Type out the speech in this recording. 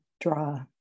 draw